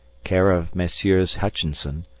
care of messrs. hutchinson,